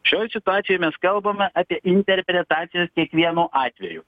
šioj situacijoj mes kalbame apie interpretacijas kiekvienu atveju